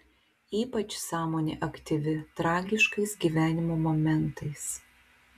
ypač sąmonė aktyvi tragiškais gyvenimo momentais